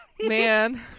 Man